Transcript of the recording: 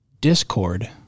discord